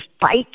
fight